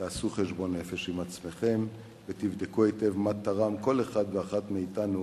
תעשו חשבון נפש עם עצמכם ותבדקו היטב מה תרם כל אחד ואחת מאתנו